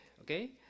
okay